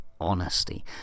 honesty